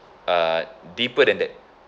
uh deeper than that